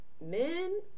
Men